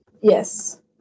yes